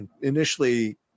initially